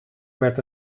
werd